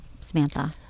Samantha